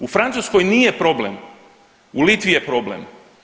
U Francuskoj nije problem, u Litvi je problem.